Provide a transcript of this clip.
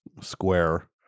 square